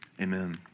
amen